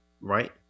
right